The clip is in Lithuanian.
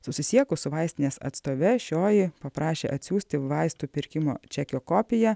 susisiekus su vaistinės atstove šioji paprašė atsiųsti vaistų pirkimo čekio kopiją